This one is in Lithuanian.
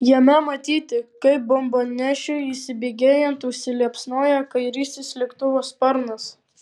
jame matyti kaip bombonešiui įsibėgėjant užsiliepsnoja kairysis lėktuvo sparnas